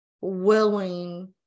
willing